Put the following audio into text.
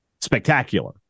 spectacular